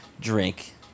drink